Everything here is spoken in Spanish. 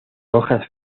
hojas